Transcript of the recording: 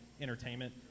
Entertainment